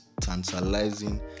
tantalizing